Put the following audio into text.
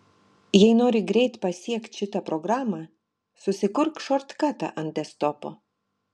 jei nori greit pasiekt šitą programą susikurk šortkatą ant desktopo